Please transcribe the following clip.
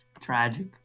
tragic